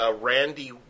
Randy